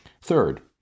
Third